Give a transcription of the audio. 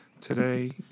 today